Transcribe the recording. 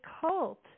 cult